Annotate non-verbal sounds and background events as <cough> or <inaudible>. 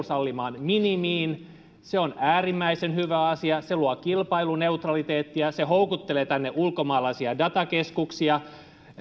<unintelligible> sallimaan minimiin se on äärimmäisen hyvä asia se luo kilpailuneutraliteettia se houkuttelee tänne ulkomaalaisia datakeskuksia